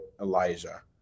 Elijah